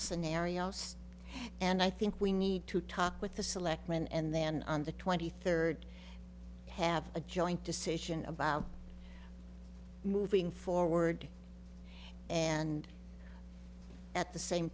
scenarios and i think we need to talk with the selectmen and then on the twenty third have a joint decision about moving forward and at the same